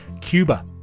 Cuba